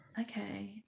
Okay